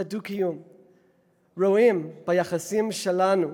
רואים ביחסים שלנו